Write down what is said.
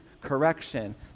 correction